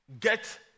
get